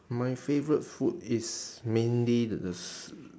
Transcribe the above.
my favourite food is mainly the the s~